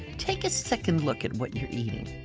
take a second look at what you're eating.